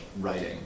writing